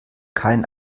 keinen